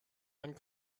and